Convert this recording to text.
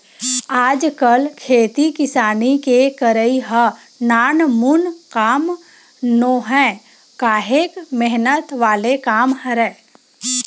आजकल खेती किसानी के करई ह नानमुन काम नोहय काहेक मेहनत वाले काम हरय